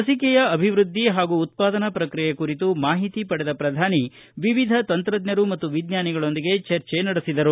ಲಸಿಕೆಯ ಅಭಿವೃದ್ದಿ ಹಾಗೂ ಉತ್ಪಾದನಾ ಪ್ರಕ್ರಿಯೆ ಕುರಿತು ಮಾಹಿತಿ ಪಡೆದ ಪ್ರಧಾನಿ ವಿವಿಧ ತಂತ್ರಜ್ಞರು ಮತ್ತು ವಿಜ್ಞಾನಿಗಳೊಂದಿಗೆ ಚರ್ಚೆ ನಡೆಸಿದರು